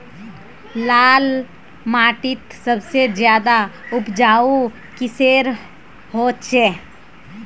लाल माटित सबसे ज्यादा उपजाऊ किसेर होचए?